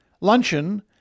luncheon